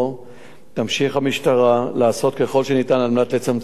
תמשיך המשטרה לעשות ככל שניתן על מנת לצמצם את התופעה.